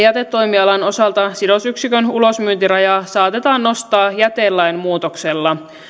jätetoimialan osalta sidosyksikön ulosmyyntirajaa saatetaan nostaa jätelain muutoksella